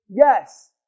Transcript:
Yes